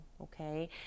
okay